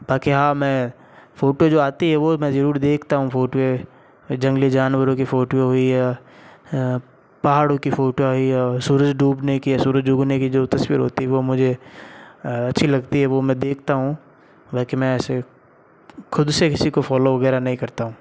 बाकी हाँ मैं फ़ोटो जो आती है वो मैं ज़रूर देखता हूँ फ़ोटो है जंगली जानवरों की फ़ोटो हुई पहाड़ों की फ़ोटो हुई और सूरज डूबने की सूरज उगने की जो तस्वीर होती है वो मुझे अच्छी लगती है वह मैं देखता हूँ बाकी मैं ऐसे ख़ुद से किसी को फॉलो वगैरह नहीं करता हूँ